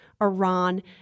Iran